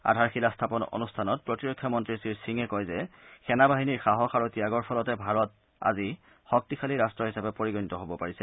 আধাৰশিলা স্থাপন অনুষ্ঠানত প্ৰতিৰক্ষা মন্নী শ্ৰীসিঙে কয় যে সেনা বাহিনীৰ সাহস আৰু ত্যাগৰ ফলতে ভাৰত আদি শক্তিশালী ৰাট্ট হিচাপে পৰিগণিত হ'ব পাৰিছে